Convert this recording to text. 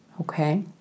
Okay